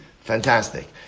Fantastic